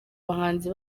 bahanzi